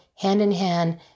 hand-in-hand